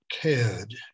cared